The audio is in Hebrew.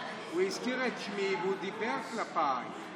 הוא הזכיר את שמי והוא דיבר כלפיי.